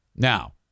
Now